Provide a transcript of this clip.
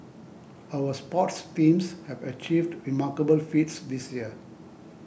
our sports teams have achieved remarkable feats this year